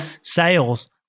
sales